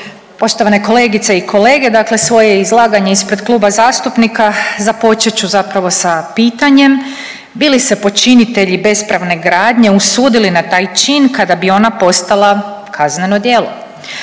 poštovane kolegice i kolege, dakle svoje izlaganje ispred kluba zastupnika započet ću zapravo sa pitanjem bi li se počinitelji bespravne gradnje usudili na taj čin kada bi ona postala kazneno djelo.